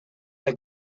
del